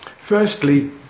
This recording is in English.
Firstly